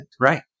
Right